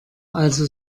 also